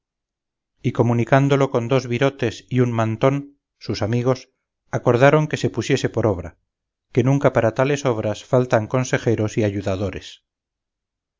y comunicándolo con dos virotes y un mantón sus amigos acordaron que se pusiese por obra que nunca para tales obras faltan consejeros y ayudadores